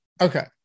Okay